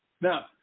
Now